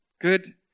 good